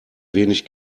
wenig